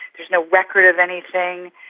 there's no record of anything,